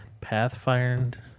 Pathfinder